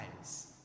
eyes